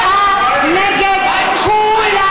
הסתה פרועה נגד כולם.